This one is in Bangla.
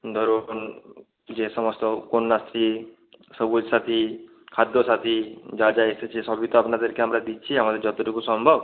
ধরুন যে সমস্ত কন্যাশ্রী সবুজ সাথী খাদ্য সাথী যা যা এসেছে সবই তো আপনাদেরকে আমরা দিচ্ছি আমাদের যতটুকু সম্ভব